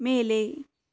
ಮೇಲೆ